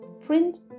print